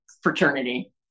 fraternity